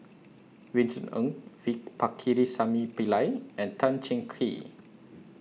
Vincent Ng V Pakirisamy Pillai and Tan Cheng Kee